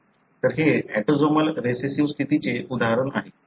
तर हे autosomal recessive स्थितीचे उदाहरण आहे